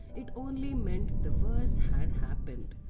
it only meant the worse had happened.